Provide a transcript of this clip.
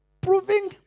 Proving